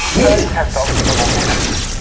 first it has dozens of volcanos.